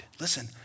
listen